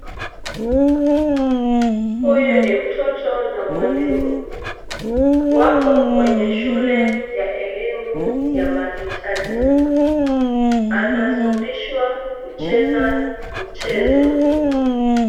Huyu ni mtoto na mwalimu. Wako kwenye shule ya elimu ya mahitaji. Anafundishwa kucheza mchezo.